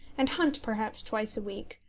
and hunt perhaps twice a-week,